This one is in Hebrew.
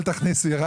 אל תכניסי.